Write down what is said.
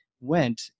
went